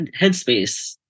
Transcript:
headspace